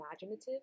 imaginative